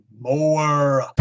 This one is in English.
more